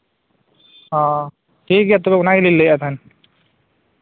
ᱚᱻ ᱴᱷᱤᱠ ᱜᱮᱭᱟ ᱛᱚᱵᱮ ᱚᱱᱟ ᱜᱮᱞᱤᱧ ᱞᱟᱹᱭᱮᱫᱼᱟ ᱛᱟᱦᱮᱱ